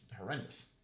horrendous